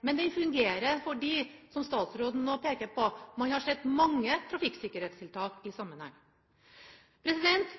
Men den fungerer, som statsråden også peker på, fordi man har sett mange trafikksikkerhetstiltak i sammenheng.